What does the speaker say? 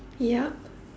yup